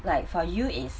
like for you is